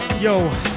Yo